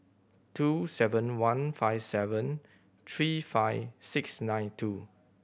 two seven one five seven three five six nine two